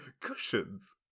cushions